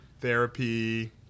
therapy